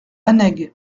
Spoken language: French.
annaig